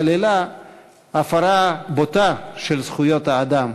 נכללה הפרה בוטה של זכויות האדם.